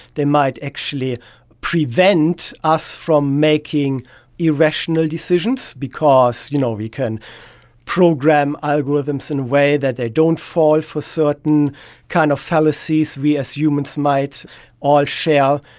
they might actually prevent us from making irrational decisions because you know we can program algorithms in a way that they don't fall for certain kind of fallacies we as humans might all share.